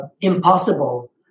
impossible